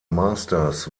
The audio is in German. masters